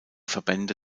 verbände